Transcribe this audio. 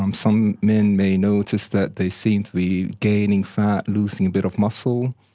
um some men may notice that they seem to be gaining fat, losing a bit of muscle.